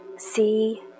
see